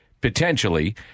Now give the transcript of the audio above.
potentially